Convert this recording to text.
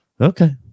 Okay